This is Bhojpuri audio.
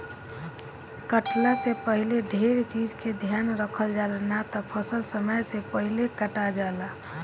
कटला से पहिले ढेर चीज के ध्यान रखल जाला, ना त फसल समय से पहिले कटा जाला